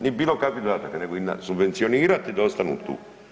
Ni bilo kakvih dodataka nego ih subvencionirati da ostanu tu.